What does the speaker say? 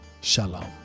shalom